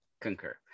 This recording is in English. concur